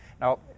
Now